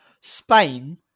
Spain